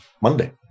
Monday